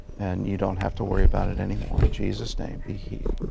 and you don't have to worry about it anymore, in jesus' name, be healed.